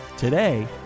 Today